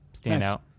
standout